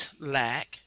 lack